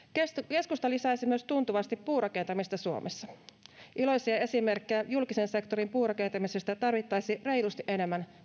keskusta lisäisi myös tuntuvasti puurakentamista suomessa iloisia esimerkkejä julkisen sektorin puurakentamisesta tarvittaisiin reilusti enemmän